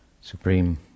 supreme